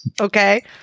Okay